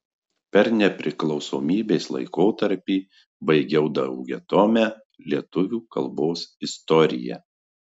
per nepriklausomybės laikotarpį baigiau daugiatomę lietuvių kalbos istoriją